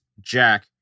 jack